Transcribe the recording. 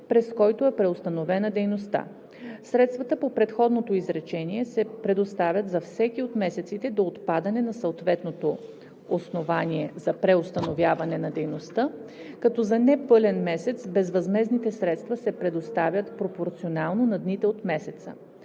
през който е преустановена дейността. Средствата по предходното изречение се предоставят за всеки от месеците до отпадане на съответното основание за преустановяване на дейността, като за непълен месец безвъзмездните средства се предоставят пропорционално на дните от месеца.“